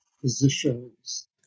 positions